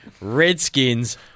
Redskins